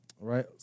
right